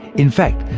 in fact,